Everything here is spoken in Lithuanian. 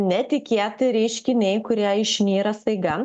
netikėti reiškiniai kurie išnyra staiga